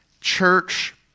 church